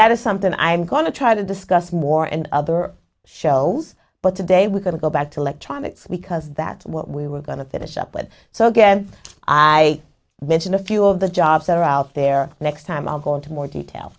that is something i'm going to try to discuss more and other shells but today we're going to go back to electronics because that's what we were going to finish up with so again i mentioned a few of the jobs that are out there next time i'll go into more detail